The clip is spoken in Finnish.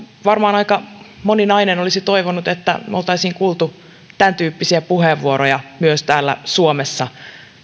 varmaan aika moni nainen olisi toivonut että me olisimme kuulleet tämäntyyppisiä puheenvuoroja myös täällä suomessa